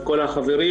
וכל החברים,